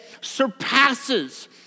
surpasses